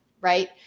right